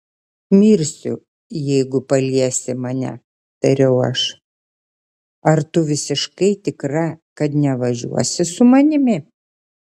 mirsiu jeigu paliesi mane tariau aš ar tu visiškai tikra kad nevažiuosi su manimi